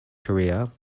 career